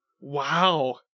Wow